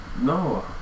No